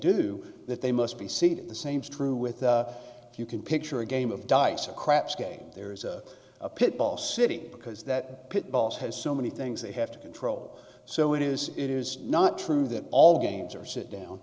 do that they must be seated the same strew with if you can picture a game of dice a craps game there is a pit bull city because that pit boss has so many things they have to control so it is it is not true that all games are sit down